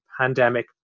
pandemic